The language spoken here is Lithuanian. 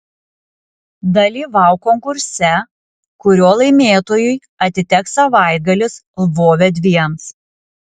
dalyvauk konkurse kurio laimėtojui atiteks savaitgalis lvove dviems